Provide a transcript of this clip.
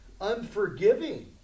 Unforgiving